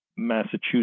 Massachusetts